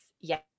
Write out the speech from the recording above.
Yes